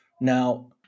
Now